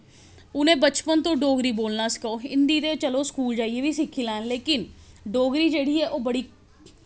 उ'नें बचपन तों डोगरी बोलना सखाओ हिंदी ते चलो स्कूल जाइयै बी सिक्खी लैनी लेकिन डोगरी जेह्ड़ी ऐ ओह् बड़ी